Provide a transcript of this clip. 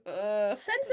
sensitive